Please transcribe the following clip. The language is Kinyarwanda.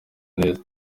neza